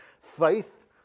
faith